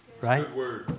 Right